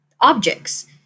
objects